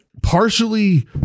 partially